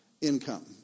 income